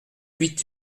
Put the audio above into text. huit